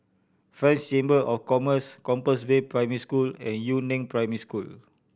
French Chamber of Commerce Compassvale Primary School and Yu Neng Primary School